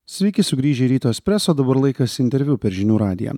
sveiki sugrįžę į ryto espreso dabar laikas interviu per žinių radiją